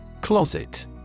Closet